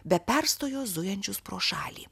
be perstojo zujančius pro šalį